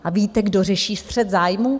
A víte, kdo řeší střet zájmů?